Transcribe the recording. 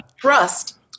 trust